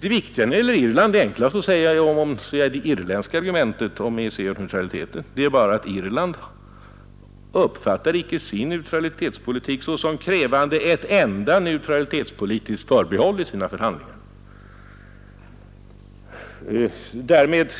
Det irländska argumentet i fråga om EEC och neutraliteten är att Irland icke uppfattar sin neutralitetspolitik såsom krävande ett enda neutralitetspolitiskt förbehåll i sina förhandlingar. Därmed